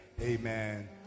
Amen